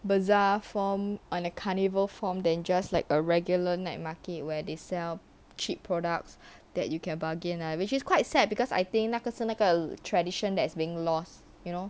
bazaar form on a carnival form than just like a regular night market where they sell cheap products that you can bargain lah which is quite sad because I think 那个是那个 tradition that is being lost you know